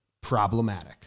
problematic